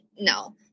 No